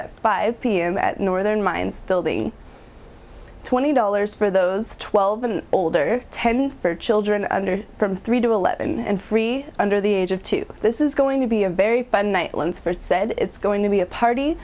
at five pm at northern mines building twenty dollars for those twelve and older ten for children under three to eleven and free under the age of two this is going to be a very fun night lunsford said it's going to be a party